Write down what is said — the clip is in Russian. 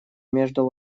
между